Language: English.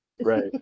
Right